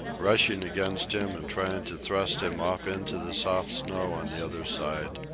rushing against him and trying to thrust him off into the soft snow on the other side,